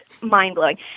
mind-blowing